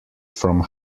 from